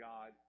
God